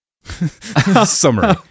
Summary